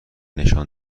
نشان